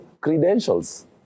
credentials